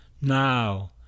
now